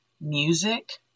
music